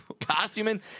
Costuming